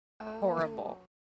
horrible